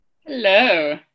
Hello